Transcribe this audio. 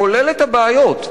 כולל את הבעיות,